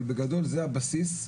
אבל בגדול זה הבסיס,